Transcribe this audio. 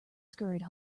scurried